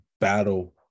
battle